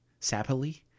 sappily